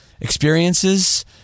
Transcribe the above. experiences